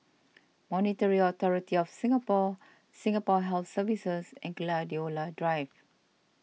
Monetary Authority of Singapore Singapore Health Services and Gladiola Drive